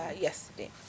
yesterday